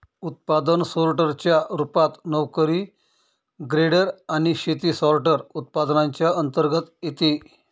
उत्पादन सोर्टर च्या रूपात, नोकरी ग्रेडर आणि शेती सॉर्टर, उत्पादनांच्या अंतर्गत येते